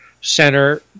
center